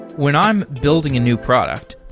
when i'm building a new product,